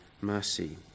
mercy